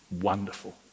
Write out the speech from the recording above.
wonderful